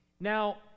Now